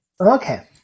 Okay